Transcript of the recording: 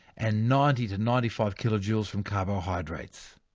and ninety to ninety five kilojoules from carbohydrates.